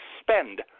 spend